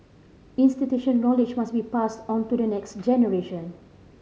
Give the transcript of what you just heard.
institutional knowledge must be passed on to the next generation